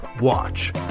watch